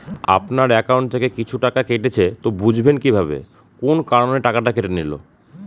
আপনার একাউন্ট থেকে কিছু টাকা কেটেছে তো বুঝবেন কিভাবে কোন কারণে টাকাটা কেটে নিল?